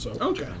Okay